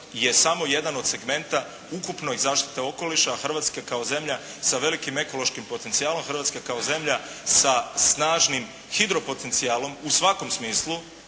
je samo jedan od segmenta ukupne zaštite okoliša, a Hrvatska kao zemlja sa velikim ekološkim potencijalom, Hrvatska kao zemlja sa snažnim hidropotencijalom, u svakom smislu,